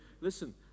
Listen